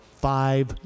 five